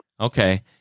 Okay